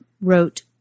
wrote